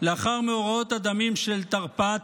לאחר מאורעות הדמים של תרפ"ט,